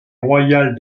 royale